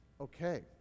okay